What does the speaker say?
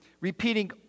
repeating